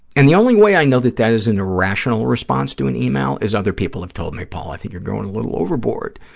and the only way i know that that is an irrational response to an e-mail is other people have told me, paul, i think you're going a little overboard.